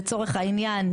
לצורך העניין,